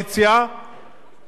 כל מה שמעניין אותה,